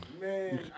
Man